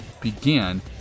began